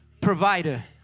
provider